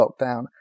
lockdown